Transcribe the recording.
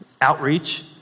outreach